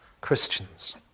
Christians